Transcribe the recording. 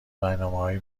برنامههای